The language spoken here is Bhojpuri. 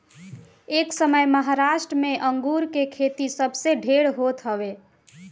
एसमय महाराष्ट्र में अंगूर के खेती सबसे ढेर होत हवे